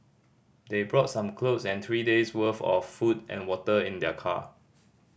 they brought some clothes and three days worth of food and water in their car